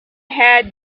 had